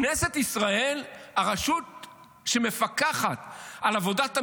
כנסת ישראל, הרשות שמפקחת על עבודת הממשלה,